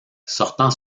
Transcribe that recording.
sortant